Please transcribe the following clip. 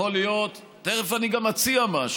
תכף אציע משהו.